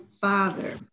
father